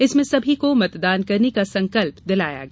इसमें सभी को मतदान करने का संकल्प दिलाया गया